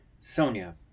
Sonia